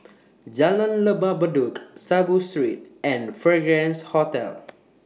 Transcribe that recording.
Jalan Lembah Bedok Saiboo Street and Fragrance Hotel